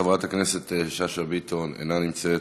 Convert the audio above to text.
חברת הכנסת שאשא ביטון, אינה נמצאת.